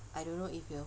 I don't know if will